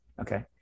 okay